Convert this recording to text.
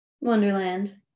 Wonderland